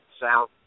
south